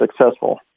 successful